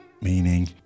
Meaning